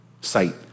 sight